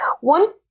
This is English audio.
One